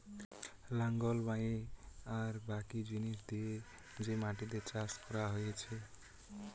লাঙল বয়ে আর বাকি জিনিস দিয়ে যে মাটিতে চাষ করা হতিছে